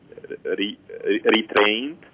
retrained